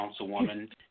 Councilwoman